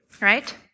right